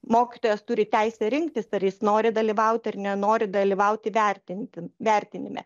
mokytojas turi teisę rinktis ar jis nori dalyvauti ar nenori dalyvauti vertinti vertinime